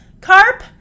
Carp